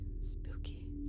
Spooky